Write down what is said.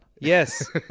Yes